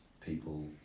people